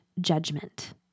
judgment